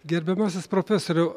gerbiamasis profesoriau